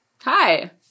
hi